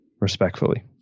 respectfully